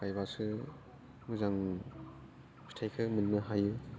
गायबासो मोजां फिथाइखौ मोननो हायो